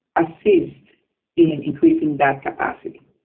assist in increasing that capacity.